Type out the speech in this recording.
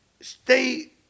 stay